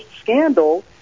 scandal